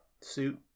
Suit